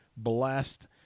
blessed